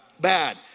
bad